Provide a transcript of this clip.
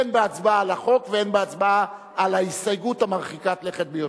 הן בהצבעה על החוק והן בהצבעה על ההסתייגות מרחיקת הלכת ביותר.